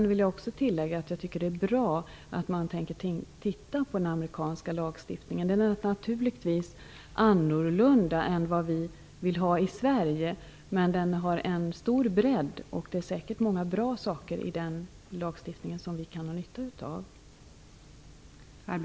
Vidare tycker jag att det är bra att man tänker titta på den amerikanska lagstiftningen. Den är naturligtvis annorlunda jämfört med vad vi i Sverige vill ha, men den har stor bredd. Det finns säkert många bra saker i den amerikanska lagstiftningen som vi kan ha nytta av.